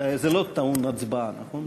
זה לא טעון הצבעה, נכון?